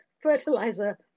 fertilizer